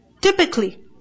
Typically